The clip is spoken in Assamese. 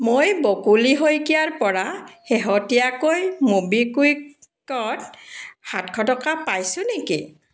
মই বকুলি শইকীয়াৰ পৰা শেহতীয়াকৈ ম'বিকুইকত সাতশ টকা পাইছোঁ নেকি